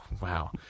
Wow